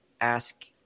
ask